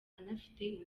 anafite